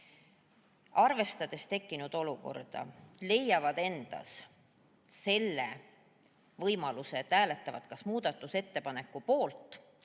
arvestades tekkinud olukorda, leiavad endas selle võimaluse, et hääletavad kas muudatusettepaneku poolt